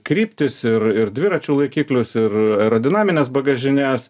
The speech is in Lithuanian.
kryptis ir ir dviračių laikiklius ir aerodinamines bagažines